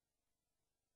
תשתה.